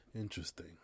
Interesting